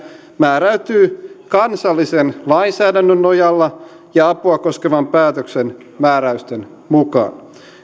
määräytyy kansallisen lainsäädännön nojalla ja apua koskevan päätöksen määräysten mukaan ei